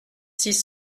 six